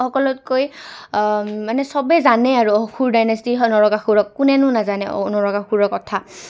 সকলতকৈ মানে চবেই জানে আৰু অখুৰ ডাইনেষ্টি নৰকাসুৰক কোনেনো নাজানে নৰকাসুৰৰ কথা